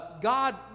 God